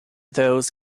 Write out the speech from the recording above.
those